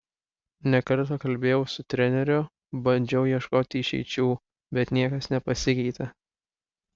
ne kartą kalbėjau su treneriu bandžiau ieškoti išeičių bet niekas nepasikeitė